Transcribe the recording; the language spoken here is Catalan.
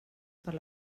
per